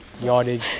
yardage